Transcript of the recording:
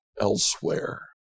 elsewhere